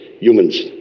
humans